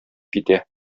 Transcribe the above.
китә